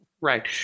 Right